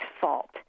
fault